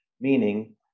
meaning